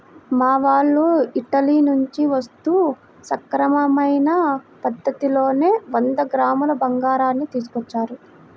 మా వాళ్ళు ఇటలీ నుంచి వస్తూ సక్రమమైన పద్ధతిలోనే వంద గ్రాముల బంగారాన్ని తీసుకొచ్చారు